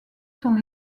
sont